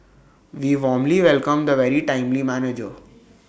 we warmly welcome the very timely manager